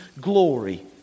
glory